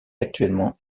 actuellement